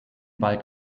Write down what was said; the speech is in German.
wald